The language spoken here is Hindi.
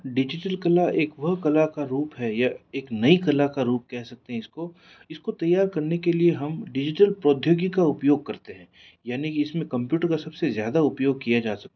डिजिटल कला एक वह कला का रूप है या एक नई कला का रूप कह सकते हैं इसको इसको तैयार करने के लिए हम डिजिटल प्रौद्योगिकी का उपयोग करते हैं यानी कि इसमें कंप्यूटर का सबसे ज़्यादा उपयोग किया जा सकता है